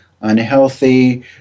unhealthy